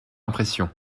impression